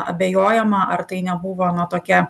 abejojama ar tai nebuvo na tokia